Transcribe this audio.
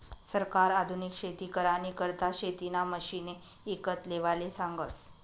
सरकार आधुनिक शेती करानी करता शेतीना मशिने ईकत लेवाले सांगस